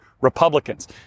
Republicans